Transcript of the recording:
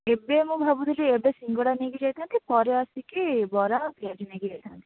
ଏବେ ମୁଁ ଭାବୁଥିଲି ଏବେ ସିଙ୍ଗଡ଼ା ନେଇକି ଯାଇଥାନ୍ତି ପରେ ଆସିକି ବରା ଓ ପିଆଜି ନେଇକି ଯାଇଥାନ୍ତି